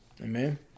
Amen